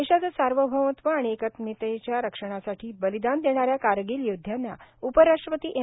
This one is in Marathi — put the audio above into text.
देशाचं सार्वभौमत्व आणि एकात्मतेच्या रक्षणासाठी बलिदान देणाऱ्या कारगिल योदध्यांना उपराष्ट्रपती एम